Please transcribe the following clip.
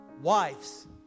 Wives